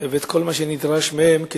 ואת כל מה שנדרש מהם.